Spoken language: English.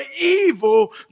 evil